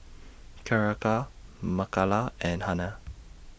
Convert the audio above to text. Keira Mikala and Hannah